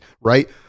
right